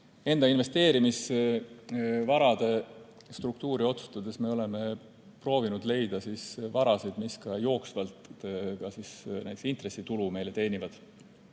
enda investeerimisvarade struktuuri otsustades me oleme proovinud leida varasid, mis ka jooksvalt meile näiteks intressitulu teenivad.